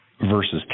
versus